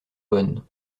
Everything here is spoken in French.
bonne